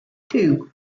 two